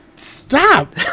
Stop